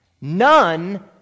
none